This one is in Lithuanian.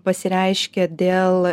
pasireiškia dėl